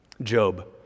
Job